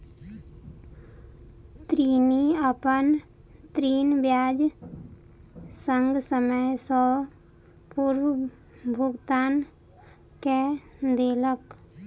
ऋणी, अपन ऋण ब्याज संग, समय सॅ पूर्व भुगतान कय देलक